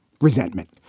resentment